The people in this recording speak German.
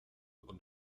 und